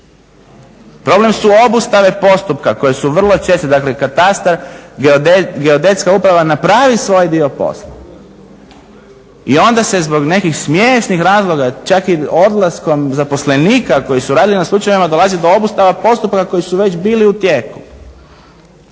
Problem su obustave postupka koje su vrlo česte. Dakle katastar, geodetska uprava napravi svoj dio posla i onda se zbog nekih smiješnih razloga, čak i odlaskom zaposlenika koji su radili na slučajevima dolazi do obustava postupka koji su već bili u tijeku.